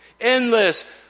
Endless